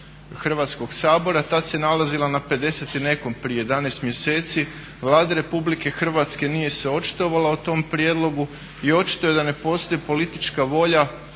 Hrvatskog sabora, a tad se nalazila na 50 i nekom, prije 11 mjeseci. Vlada Republike Hrvatske nije se očitovala o tom prijedlogu i očito je da ne postoji politička volja